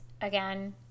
again